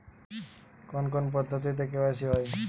কোন কোন পদ্ধতিতে কে.ওয়াই.সি হয়?